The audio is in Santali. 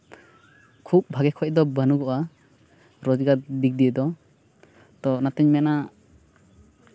ᱠᱷᱩᱵ ᱵᱷᱟᱹᱜᱤ ᱠᱷᱚᱱ ᱫᱚ ᱵᱟᱹᱱᱩᱜᱼᱟ ᱨᱳᱡᱽᱜᱟᱨ ᱫᱤᱜᱽ ᱫᱤᱭᱮ ᱫᱚ ᱛᱚ ᱚᱱᱟᱛᱤᱧ ᱢᱮᱱᱟ